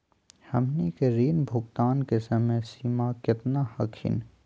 हमनी के ऋण भुगतान के समय सीमा केतना हखिन?